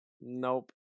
nope